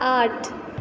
आठ